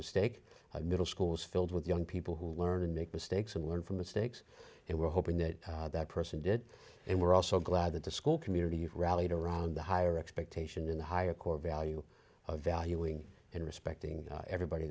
mistake middle schools filled with young people who learn and make mistakes and learn from mistakes and we're hoping that that person did and we're also glad that the school community rallied around the higher expectation in the higher core value of valuing and respecting everybody